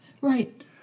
Right